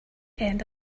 end